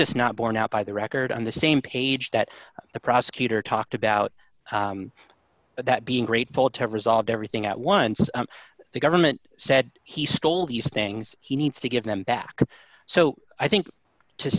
just not borne out by the record on the same page that the prosecutor talked about that being grateful to have resolved everything at once the government said he stole these things he needs to get them back so i think to